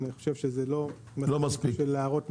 לא הגיוני שיהיה מחיר שונה.